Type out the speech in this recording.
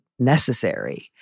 necessary